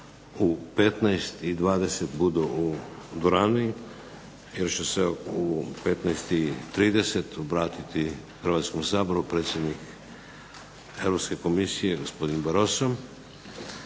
u 15,20 budu u dvorani, jer će se u 15,30 obratiti Hrvatskom saboru predsjednik Europske komisije gospodin Barroso,